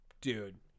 dude